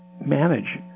manage